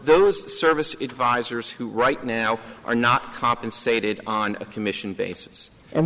those service visors who right now are not compensated on a commission basis and